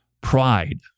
pride